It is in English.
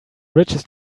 richest